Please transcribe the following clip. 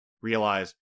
realize